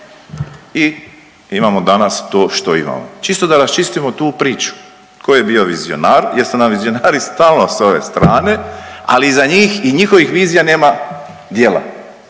i imamo danas to što imamo. Čisto da raščistimo tu priču tko je bio vizionar, jer su nam vizionari stalno s ove strane, ali iza njih i njihovih vizija nema djela,